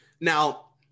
now